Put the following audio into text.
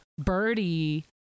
birdie